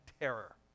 terror